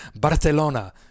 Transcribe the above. Barcelona